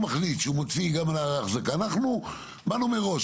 מחליט שהוא מוציא גם על האחזקה - אנחנו באנו מראש,